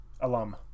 alum